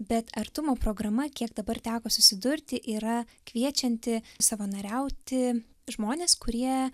bet artumo programa kiek dabar teko susidurti yra kviečianti savanoriauti žmones kurie